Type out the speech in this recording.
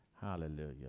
Hallelujah